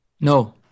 no